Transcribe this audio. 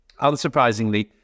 Unsurprisingly